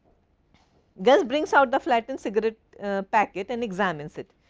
gus brings out the flatten cigarette packet and examines it,